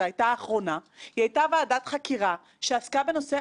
יותר מזה: לא כל דבר כאן מחייב חקיקה.